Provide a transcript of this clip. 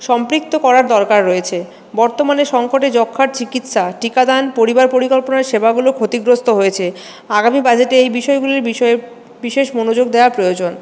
সম্পৃক্ত করার দরকার রয়েছে বর্তমানে সংকটে যক্ষার চিকিৎসা টিকাদান পরিবার পরিকল্পনা সেবাগুলো ক্ষতিগ্রস্ত হয়েছে আগামী বাজেটে এই বিষয়গুলির বিষয়ে বিশেষ মনোযোগ দেওয়ার প্রয়োজন